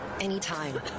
anytime